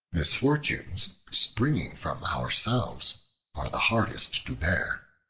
misfortunes springing from ourselves are the hardest to bear.